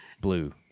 blue